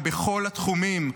ובכל התחומים.